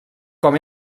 com